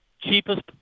cheapest